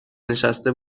نشسته